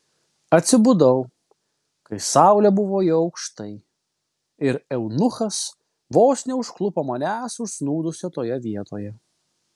atsibudau kai saulė buvo jau aukštai ir eunuchas vos neužklupo manęs užsnūdusio toje vietoje